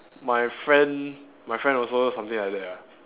my friend my friend also something like that ah